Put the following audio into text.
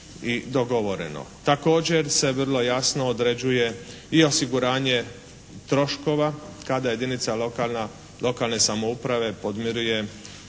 i dogovoreno. Također se vrlo jasno određuje i osiguranje troškova kada jedinica lokalne samouprave podmiruje